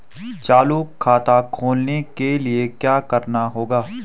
चालू खाता खोलने के लिए क्या करना होगा?